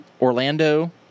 Orlando